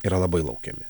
yra labai laukiami